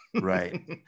Right